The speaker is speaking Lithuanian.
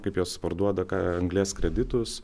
kaip juos parduoda ką anglies kreditus